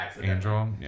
angel